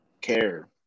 care